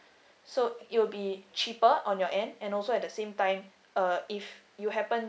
so it will be cheaper on your end and also at the same time uh if you happen